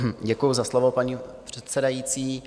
Děkuju za slovo, paní předsedající.